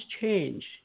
change